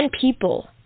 people